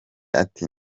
ati